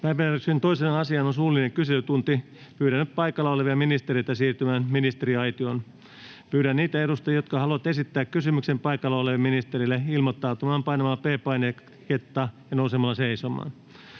Päiväjärjestyksen 2. asiana on suullinen kyselytunti. Pyydän paikalla olevia ministereitä siirtymään ministeriaitioon. Pyydän niitä edustajia, jotka haluavat esittää kysymyksen ministerille, ilmoittautumaan painamalla P-painiketta ja nousemalla seisomaan.